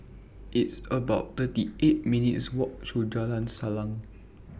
It's about thirty eight minutes' Walk to Jalan Salang